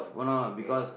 okay